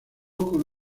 con